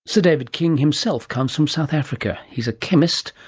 so david king himself comes from south africa. he's a chemist,